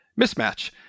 mismatch